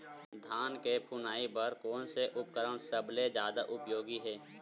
धान के फुनाई बर कोन से उपकरण सबले जादा उपयोगी हे?